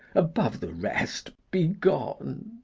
above the rest, be gone.